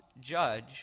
judge